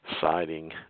siding